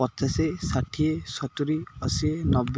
ପଚାଶେ ଷାଠିଏ ସତୁରି ଅଶୀ ନବେ